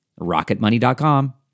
Rocketmoney.com